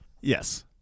Yes